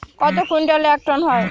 কত কুইন্টালে এক টন হয়?